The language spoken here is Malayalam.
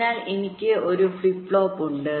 അതിനാൽ എനിക്ക് ഒരു ഫ്ലിപ്പ് ഫ്ലോപ്പ് ഉണ്ട്